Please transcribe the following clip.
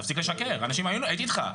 הייתי איתך,